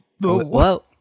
Whoa